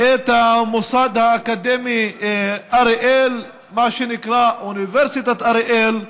המוסד האקדמי אריאל, מה שנקרא אוניברסיטת אריאל,